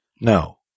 No